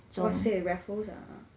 !wahseh! raffles ah